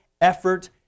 effort